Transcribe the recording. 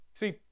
See